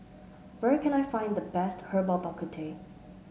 where can I find the best Herbal Bak Ku Teh